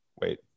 wait